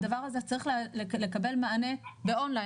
הדבר הזה צריך לקבל מענה באון ליין,